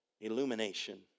Illumination